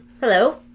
Hello